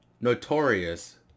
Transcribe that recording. notorious